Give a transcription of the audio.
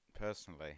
Personally